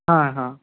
ہاں ہاں